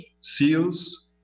Seals